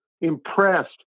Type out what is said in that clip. impressed